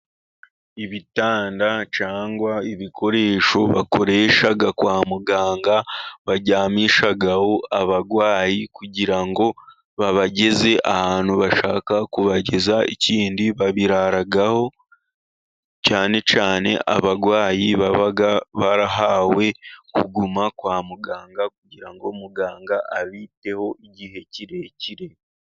Ibitanda cyangwa ibikoresho bakoresha kwa muganga baryamishagaho abarwayi, kugira ngo babageze ahantu bashaka kubageza, ikindi babiraragaho cyane cyane abarwayi baba barahawe kuguma kwa muganga, kugira muganga abiteho igihe kirekire.